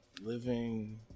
Living